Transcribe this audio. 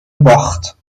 باخت